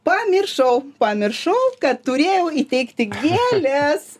pamiršau pamiršau kad turėjau įteikti gėles